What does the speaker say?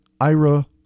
IRA